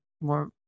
more